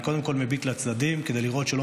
אני קודם כול מביט לצדדים כדי לראות שלא